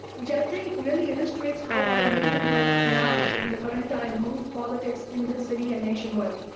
which i think really illustrates how our movement has now, in the current time, moved politics in the city and nationwide.